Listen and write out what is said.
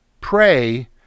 Pray